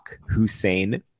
Hussein